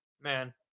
man